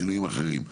שינויים אחרים,